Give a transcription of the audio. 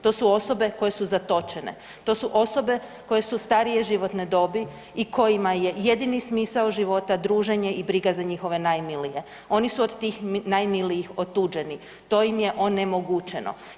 To su osobe koje su zatočene, to su osobe koje su starije životne dobi i kojima je jedini smisao života druženje i briga za njihove najmilijih, oni su od tih najmilijih otuđeni, to im je onemogućeno.